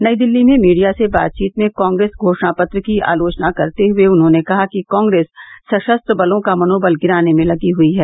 नई दिल्ली में मीडिया से बातचीत में कांग्रेस घोषणा पत्र की आलोचना करते हुए उन्होंने कहा कि कांग्रेस सशस्त्र बलों का मनोबल गिराने में लगी है